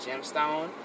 gemstone